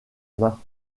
main